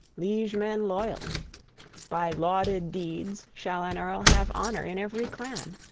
liegemen loyal by lauded deeds shall an earl have honor in every clan.